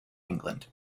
england